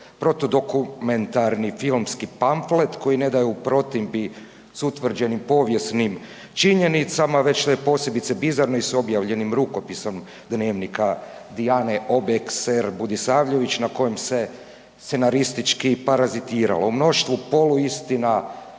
protudokumentarni filmski panflet koji ne da je u protivi s utvrđenim povijesnim činjenicama već da je posebice bizarano i s objavljenim rukopisom Dnevnika Dijane Obexer Budisavljević na kojem se scenaristički parazitiralo u mnoštvu poluistina,